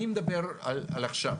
אני מדבר על עכשיו,